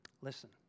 listen